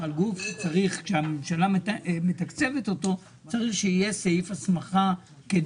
על גוף שהממשלה מתקצבת צריך שיהיה סעיף הסמכה.